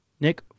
Nick